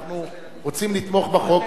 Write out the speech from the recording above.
אנחנו רוצים לתמוך בחוק,